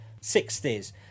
sixties